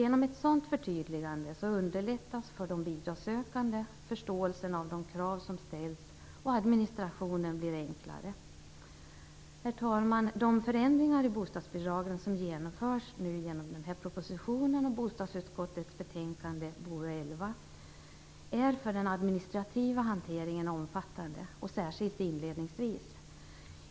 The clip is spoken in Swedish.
Genom ett sådant förtydligande underlättas förståelsen hos de bidragssökande av de krav som ställs och administrationen blir enklare. Herr talman! De förändringar av bostadsbidragen som genomförs genom den här propositionen och bostadsutskottets betänkande BoU11 är omfattande för den administrativa hanteringen, särskilt inledningsvis.